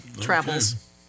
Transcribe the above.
travels